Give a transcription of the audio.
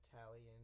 italian